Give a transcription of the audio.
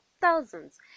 Thousands